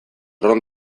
ron